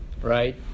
right